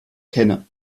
kenne